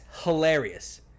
hilarious